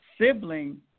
sibling